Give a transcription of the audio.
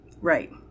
Right